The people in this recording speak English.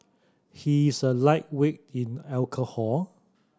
he is a lightweight in alcohol